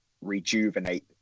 rejuvenate